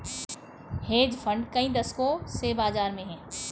hedge fund कई दशकों से बाज़ार में हैं